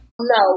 no